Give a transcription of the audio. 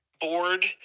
bored